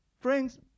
Friends